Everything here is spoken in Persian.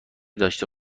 داشته